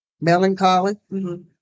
melancholy